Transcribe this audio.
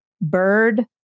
bird